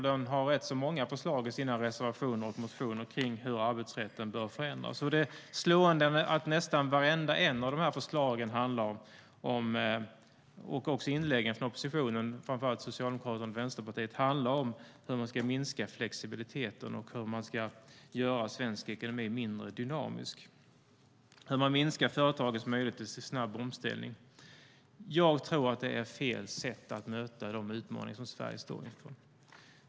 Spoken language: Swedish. De har rätt många förslag i sina reservationer och motioner om hur arbetsrätten bör förändras. Det är slående att nästan vartenda ett av förslagen - och även inläggen från oppositionen, framför allt från Socialdemokraterna och Vänsterpartiet - handlar om hur man ska minska flexibiliteten och göra svensk ekonomi mindre dynamisk. Det handlar om hur man minskar företagens möjligheter till snabb omställning. Jag tror att det är fel sätt att möta de utmaningar som Sverige står inför.